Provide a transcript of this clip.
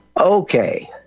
Okay